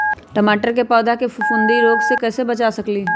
टमाटर के पौधा के फफूंदी रोग से कैसे बचा सकलियै ह?